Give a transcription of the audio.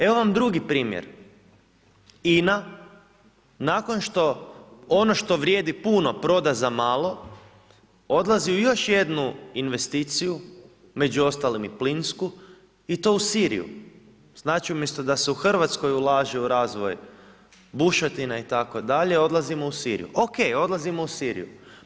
Evo vam drugi primjer, INA nakon što ono što vrijedi puno prda za malo, odlazi u još jednu investiciju, među ostalim i plinsku i to u Siriju, znači umjesto da se u Hrvatskoj ulaže u razvoj bušotina itd. odlazimo u Siriju, ok odlazimo u Siriju.